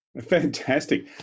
Fantastic